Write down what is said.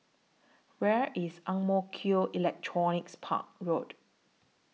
Where IS Ang Mo Kio Electronics Park Road